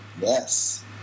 Yes